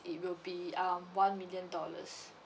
it will be um one million dollars